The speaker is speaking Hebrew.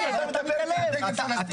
הבעיה בדגל פלסטין?